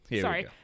Sorry